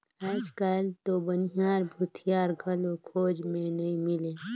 आयज कायल तो बनिहार, भूथियार घलो खोज मे नइ मिलें